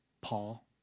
Paul